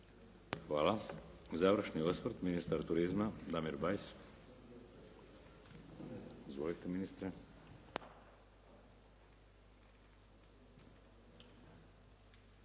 Hvala. Završni osvrt, ministar turizma Damir Bajs. Izvolite ministre.